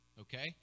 okay